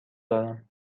دارم